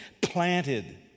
planted